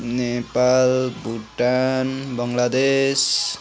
Nepal Bhutan Bangladesh